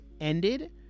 ended